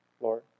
Lord